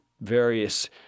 various